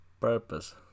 purpose